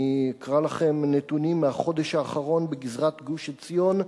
אני אקרא לכם נתונים מהחודש האחרון בגזרת גוש-עציון: